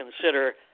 consider